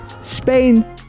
Spain